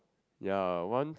ya once